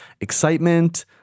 excitement